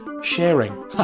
sharing